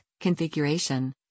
configuration